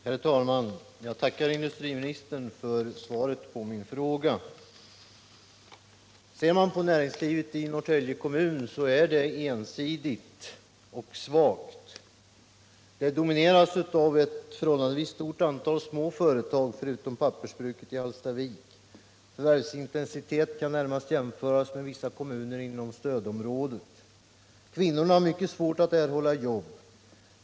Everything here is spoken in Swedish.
Herr talman! Jag tackar industriministern för svaret på min fråga. Näringslivet i Norrtälje kommun är svagt och ensidigt. Det domineras av ett förhållandevis stort antal små företag, förutom pappersbruket i Hallstavik. Förvärvsintensiteten kan närmast jämföras med vissa kommuner inom stödområdet. Kvinnorna har mycket svårt att erhålla jobb.